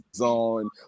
on